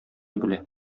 белә